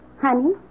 honey